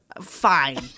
fine